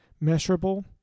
Measurable